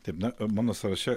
taip na mano sąraše